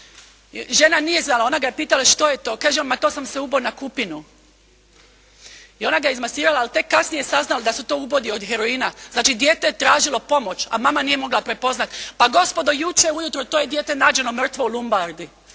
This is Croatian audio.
Žena nije znala. Ona ga je pitala, što je to? Ma to sam se uboo na kupinu. I ona ga je izmasirala i tek kasnije je saznala da su to ubodi od heroina. Znači, dijete je tražilo pomoć, a mama nije mogla prepoznat. Pa gospodo, jučer ujutro to je dijete nađeno mrtvo u Lumbardi.